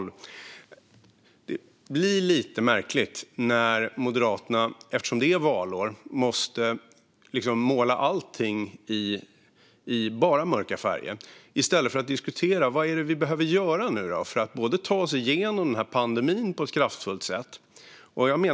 Det blir lite märkligt när Moderaterna, eftersom det är valår, måste måla allting i mörka färger i stället för att diskutera vad det är vi behöver göra för att ta oss igenom denna pandemi på ett kraftfullt sätt.